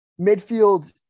midfield